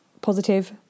positive